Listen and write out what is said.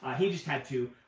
he just had two.